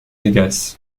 vegas